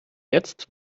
jetzt